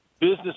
business